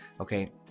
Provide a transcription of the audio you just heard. okay